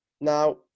Now